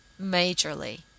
majorly